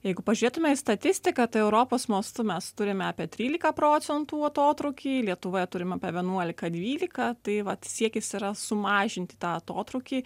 jeigu pažiūrėtume į statistiką tai europos mastu mes turime apie trylika procentų atotrūkį lietuvoje turime apie vienuolika dvylika tai vat siekis yra sumažinti tą atotrūkį